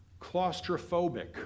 claustrophobic